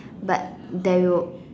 but there will